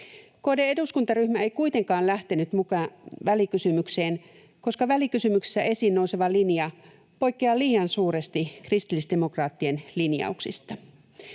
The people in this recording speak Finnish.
KD:n eduskuntaryhmä ei kuitenkaan lähtenyt mukaan välikysymykseen, koska välikysymyksessä esiin nouseva linja poikkeaa liian suuresti kristillisdemokraattien linjauksista.